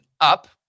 up